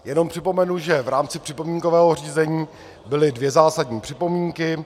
Jenom připomenu, že v rámci připomínkového řízení byly dvě zásadní připomínky.